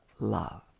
love